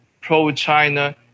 pro-China